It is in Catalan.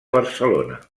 barcelona